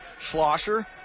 Schlosser